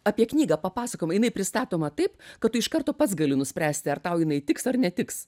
apie knygą papasakojama jinai pristatoma taip kad tu iš karto pats gali nuspręsti ar tau jinai tiks ar netiks